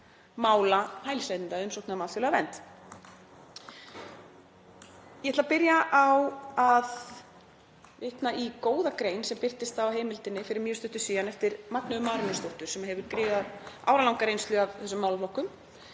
mála hælisleitenda og umsókna um alþjóðlega vernd. Ég ætla að byrja á að vitna í góða grein sem birtist í Heimildinni fyrir mjög stuttu síðan eftir Magneu Marinósdóttur sem hefur áralanga reynslu af þessum málaflokkum.